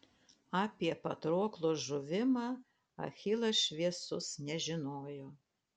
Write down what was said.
apie patroklo žuvimą achilas šviesus nežinojo